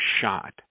shot